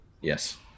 Yes